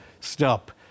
stop